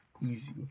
Easy